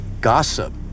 gossip